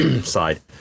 side